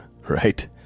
right